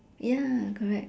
ya correct